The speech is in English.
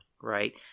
right